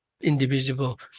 indivisible